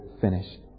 finish